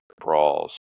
brawls